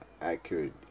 accurate